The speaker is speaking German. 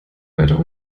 weiter